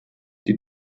die